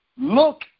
look